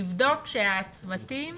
לבדוק שלצוותים